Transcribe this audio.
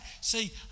See